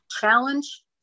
challenge